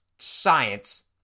science